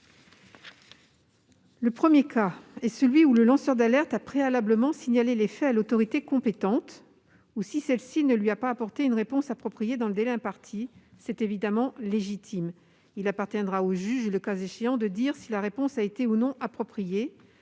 Le premier cas est celui où le lanceur d'alerte a préalablement signalé les faits à l'autorité compétente et où celle-ci ne lui a pas apporté une réponse appropriée dans le délai imparti. C'est évidemment légitime. Il appartiendra au juge, le cas échéant, de dire si la réponse a été ou non appropriée.